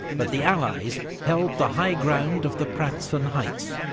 but the allies held the high ground of the pratzen heights,